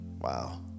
Wow